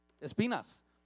espinas